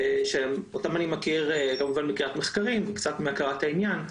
שאותם אני מכיר כמובן מקריאת מחקרים וקצת מהכרת העניין.